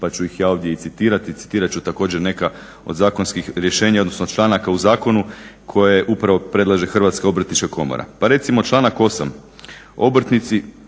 pa ću ih ja ovdje i citirati. Citirat ću također neka od zakonskih rješenja, odnosno članaka u zakonu koje upravo predlaže Hrvatska obrtnička komora. Pa recimo članak 8., obrtnici